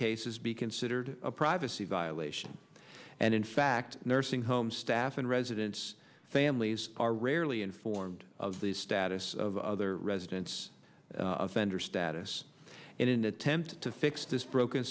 cases be considered a privacy violation and in fact nursing home staff and residents families are rarely informed of the status of residence offender status in an attempt to fix this broken